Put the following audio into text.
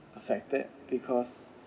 affected because